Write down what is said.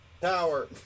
tower